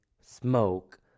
smoke